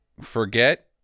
forget